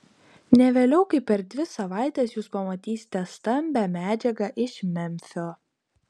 ne vėliau kaip per dvi savaites jūs pamatysite stambią medžiagą iš memfio